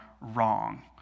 wrong